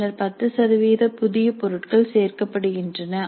பின்னர் 10 சதவீத புதிய பொருட்கள் சேர்க்கப்படுகின்றன